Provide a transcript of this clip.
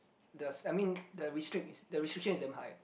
the I mean the restrict the restriction is damn high